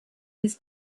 his